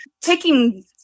taking